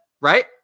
right